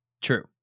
True